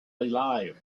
alive